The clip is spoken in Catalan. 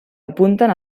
apunten